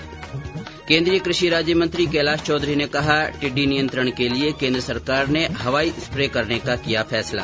् केन्द्रीय कृषि राज्य मंत्री कैलाश चौधरी ने कहा टिड्डी नियंत्रण के लिए केन्द्र सरकार ने हवाई स्प्रे करने का किया फैसला